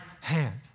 hand